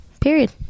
Period